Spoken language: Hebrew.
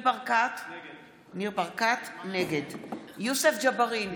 (קוראת בשמות חברי הכנסת)